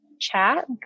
chat